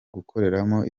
gukoreramo